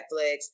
Netflix